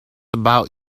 about